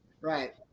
Right